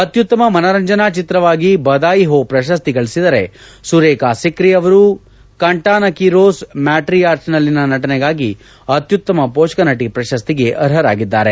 ಅತ್ತುತ್ತಮ ಮನರಂಜನಾ ಚಿತ್ರವಾಗಿ ಬಧಾಯಿ ಹೋ ಪ್ರಶಸ್ತಿ ಗಳಿಸಿದರೆ ಸುರೇಖಾ ಸಿಕ್ರಿ ಅವರು ಕಂಟಾನಕಿರೊಸ್ ಮ್ಯಾಟ್ರಿಯಾರ್ಚ್ನಲ್ಲಿನ ನಟನೆಗಾಗಿ ಅತ್ಯುತ್ತಮ ಪೋಷಕ ನಟಿ ಪ್ರಶಸ್ತಿಗೆ ಅರ್ಹರಾಗಿದ್ದಾರೆ